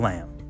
Lamb